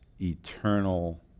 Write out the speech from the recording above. eternal